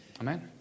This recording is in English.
Amen